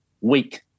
weak